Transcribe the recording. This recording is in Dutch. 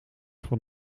van